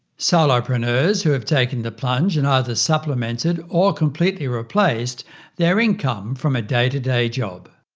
solopreneurs who have taken the plunge and either supplemented or completely replaced their income from a day to day job.